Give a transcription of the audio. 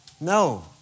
No